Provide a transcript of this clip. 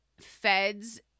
Feds